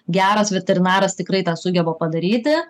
geras veterinaras tikrai tą sugeba padaryti